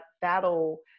that'll